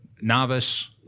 Novice